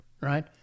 right